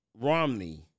Romney